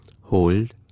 Hold